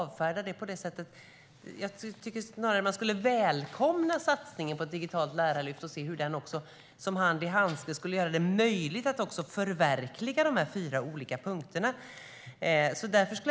Jag tycker snarare att man skulle välkomna satsningen på ett digitalt lärarlyft och se hur den som hand i handske skulle göra det möjligt att förverkliga de fyra olika punkterna.